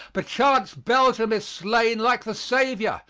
perchance belgium is slain like the saviour,